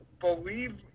believe